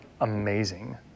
amazing